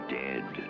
dead